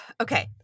okay